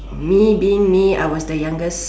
me being me I was the youngest